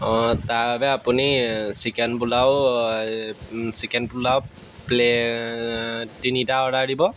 অঁ তাৰ বাবে আপুনি chicken pulao chicken pulao plate তিনিটা অৰ্ডাৰ দিব